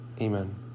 Amen